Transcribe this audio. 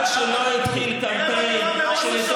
אבל אני בכל זאת אכבד אותם ואענה על